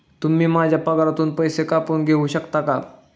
तुम्ही माझ्या पगारातून पैसे कापून घेऊ शकता का?